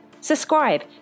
Subscribe